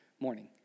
morning